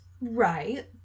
Right